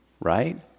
right